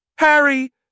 Harry